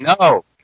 no